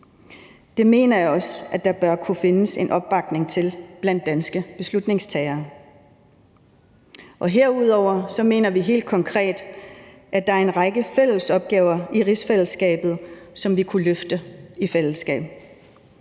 Det mener jeg også at der bør kunne findes en opbakning til blandt danske beslutningstagere. Herudover mener vi helt konkret, at der er en række fælles opgaver, som vi kunne løfte i fællesskab.